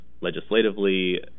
legislatively